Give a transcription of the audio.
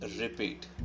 repeat